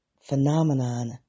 phenomenon